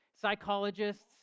psychologists